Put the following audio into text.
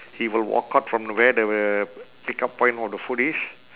he will walk out from where the pickup point for the food is